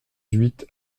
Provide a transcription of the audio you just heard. huit